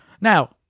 Now